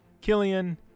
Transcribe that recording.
Killian